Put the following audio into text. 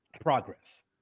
progress